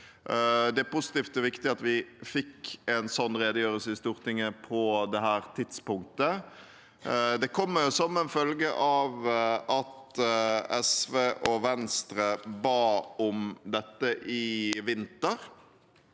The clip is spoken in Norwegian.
Det er positivt og viktig at vi fikk en sånn redegjørelse i Stortinget på dette tidspunktet. Det kom som en følge av at SV og Venstre ba om dette i vinter.